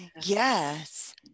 Yes